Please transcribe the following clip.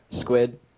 Squid